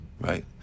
Right